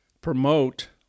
promote